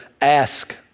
ask